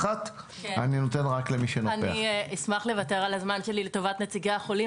אני אשמח לוותר על הזמן שלי לטובת נציגי החולים,